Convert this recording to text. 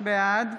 בעד